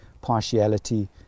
partiality